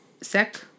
Sec